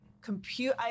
compute